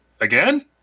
again